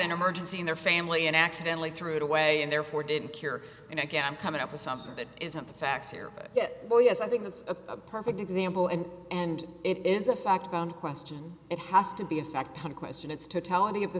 an emergency in their family and accidentally threw it away and therefore didn't cure and i guess i'm coming up with something that isn't the facts here well yes i think that's a perfect example and and it is a fact and question it has to be a fact question its t